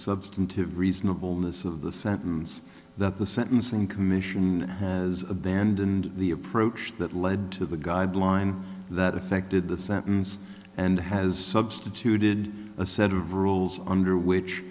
substantive reasonable miss of the sentence that the sentencing commission has abandoned the approach that led to the guideline that affected the sentence and has substituted a set of rules under which